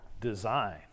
design